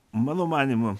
mano manymu